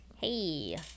Hey